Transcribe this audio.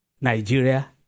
Nigeria